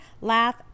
laugh